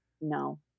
No